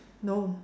no